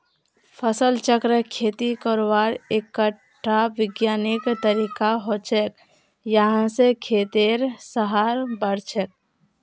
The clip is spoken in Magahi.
फसल चक्र खेती करवार एकटा विज्ञानिक तरीका हछेक यहा स खेतेर सहार बढ़छेक